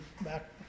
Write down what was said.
back